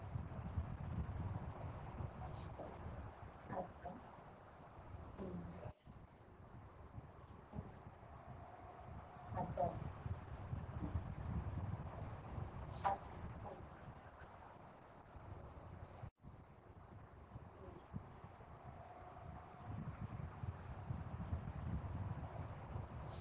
ᱟᱪᱪᱷᱟ ᱦᱩᱸ ᱦᱩᱸ ᱦᱩᱸ ᱦᱩᱸ ᱟᱪᱪᱷᱟ ᱟᱪᱪᱷᱟ